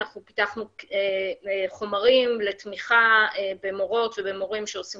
פתחנו חומרים לתמיכה במורות ובמורים שעושים